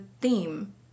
theme